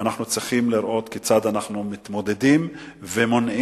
אנחנו צריכים לראות כיצד אנחנו מתמודדים ומונעים